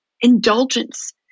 indulgence